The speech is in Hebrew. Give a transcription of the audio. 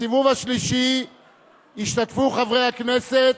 בסיבוב השלישי ישתתפו חברי הכנסת,